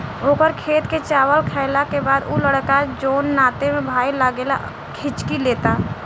ओकर खेत के चावल खैला के बाद उ लड़का जोन नाते में भाई लागेला हिच्की लेता